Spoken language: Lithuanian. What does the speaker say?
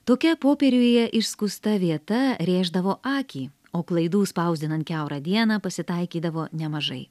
tokia popieriuje išskusta vieta rėždavo akį o klaidų spausdinant kiaurą dieną pasitaikydavo nemažai